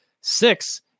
six